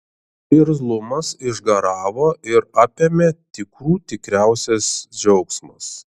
irzlumas išgaravo ir apėmė tikrų tikriausias džiaugsmas